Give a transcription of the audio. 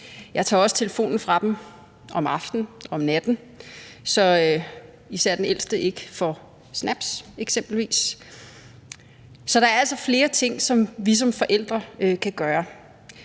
Jeg tager også telefonen fra dem om aftenen og om natten, så især den ældste ikke får »snaps« eksempelvis. Så der er altså flere ting, som vi som forældre kan gøre.